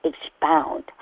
expound